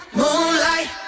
moonlight